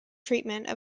treatment